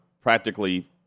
practically